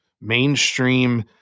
mainstream